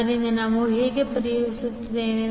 ಆದ್ದರಿಂದ ನಾವು ಹೇಗೆ ಪರಿಹರಿಸುತ್ತೇವೆ